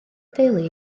deulu